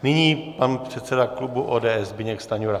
Nyní pan předseda klubu ODS Zbyněk Stanjura.